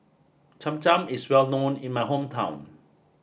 Cham Cham is well known in my hometown